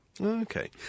Okay